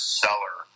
seller